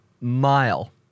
mile